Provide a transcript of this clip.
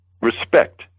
respect